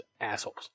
assholes